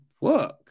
work